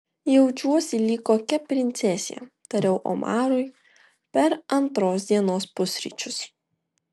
jaučiuosi lyg kokia princesė tariau omarui per antros dienos pusryčius